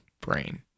brain